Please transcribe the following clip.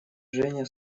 женя